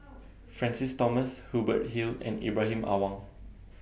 Francis Thomas Hubert Hill and Ibrahim Awang